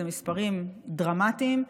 אלה מספרים דרמטיים.